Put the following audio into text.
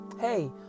hey